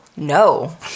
No